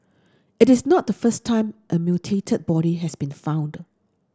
it is not the first time a mutilated body has been found